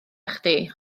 chdi